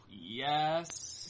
Yes